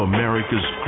America's